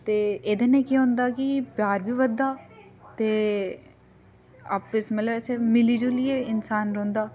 ते एह्दे ने केह् होंदा कि प्यार बी बधदा ते आपस मतलब असें मिली जुलियै इंसान रौंह्दा